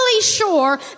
sure